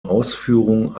ausführung